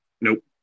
nope